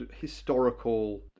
historical